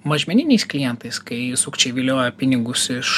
mažmeniniais klientais kai sukčiai vilioja pinigus iš